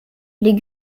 les